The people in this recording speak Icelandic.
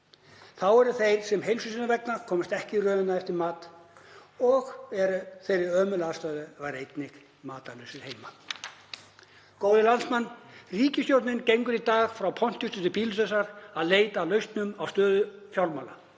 Þá eru þeir sem heilsu sinnar vegna komast ekki í röðina eftir mat og eru í þeirri ömurlegu aðstöðu að vera einnig matarlausir heima. Góðir landsmenn. Ríkisstjórnin gengur í dag frá Pontíusi til Pílatusar að leita að lausnum á stöðu fjármála